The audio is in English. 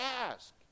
ask